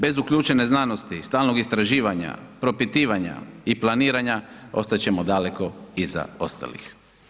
Bez uključene znanosti i stalnog istraživanja, propitivanja i planiranja, ostat ćemo daleko iza ostalih.